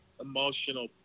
emotional